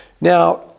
Now